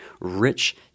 rich